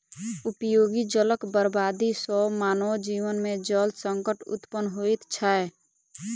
उपयोगी जलक बर्बादी सॅ मानव जीवन मे जल संकट उत्पन्न होइत छै